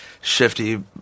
shifty